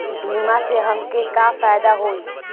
बीमा से हमके का फायदा होई?